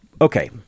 okay